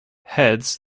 heads